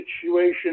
situation